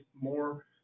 more